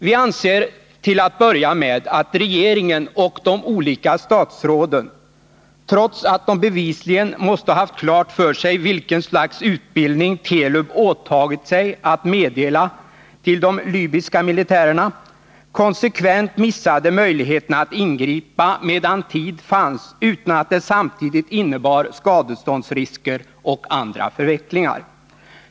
Vi anser till att börja med att regeringen och de olika statsråden, trots att de bevisligen måste ha haft klart för sig vilket slags utbildning Telub åtagit sig att meddela till de libyska militärerna, konsekvent missade möjligheterna att ingripa medan tid fanns utan att det samtidigt innebar risker för skadestånd och andra förvecklingar.